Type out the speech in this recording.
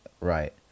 right